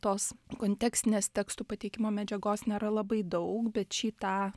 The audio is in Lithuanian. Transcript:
tos kontekstinės tekstų pateikimo medžiagos nėra labai daug bet šį tą